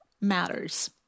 matters